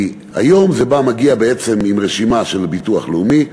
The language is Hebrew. כי היום זה מגיע עם רשימה של ביטוח לאומי,